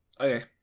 okay